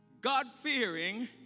God-fearing